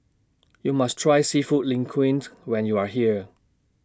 YOU must Try Seafood Linguine when YOU Are here